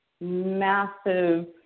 massive